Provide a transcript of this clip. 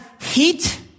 heat